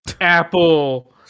Apple